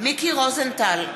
מיקי רוזנטל,